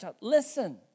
Listen